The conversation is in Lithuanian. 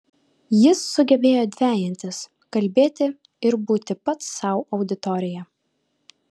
jis sugebėjo dvejintis kalbėti ir būti pats sau auditorija